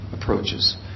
approaches